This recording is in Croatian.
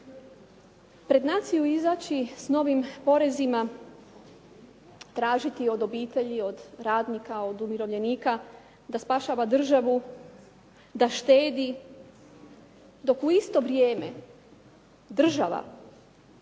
Pred naciju izaći s novim porezima, tražiti od obitelji, od radnika, od umirovljenika da spašava državu, da štedi, dok u isto vrijeme država